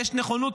יש נכונות,